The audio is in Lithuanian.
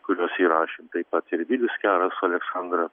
kuriuos įrašėm taip pat ir vilius keras su aleksandra